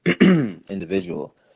individual